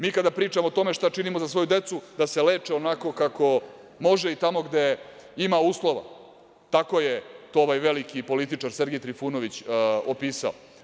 Mi kada pričamo o tome šta činimo za decu da se leče onako kako može i tamo gde ima uslova, tako je to ovaj veliki političar Sergej Trifunović opisao.